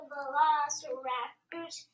Velociraptors